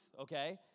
okay